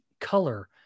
color